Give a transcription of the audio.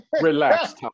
Relax